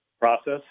process